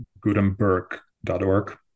gutenberg.org